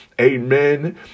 Amen